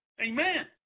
Amen